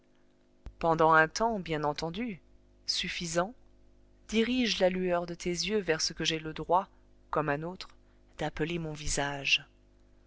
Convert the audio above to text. pendant un temps bien entendu suffisant dirige la lueur de tes yeux vers ce que j'ai le droit comme un autre d'appeler mon visage